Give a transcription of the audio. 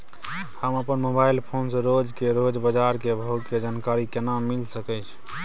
हम अपन mobile phone से रोज के रोज बाजार के भाव के जानकारी केना मिल सके छै?